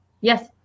yes